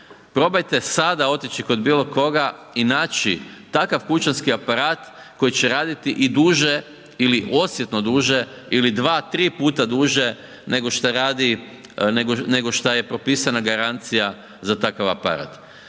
Probajte sada otići kod bilo koga i naći takav kućanski aparat koji će raditi i duže ili osjetno duže ili dva, tri puta duže nego šta je propisana garancija za takav aparat.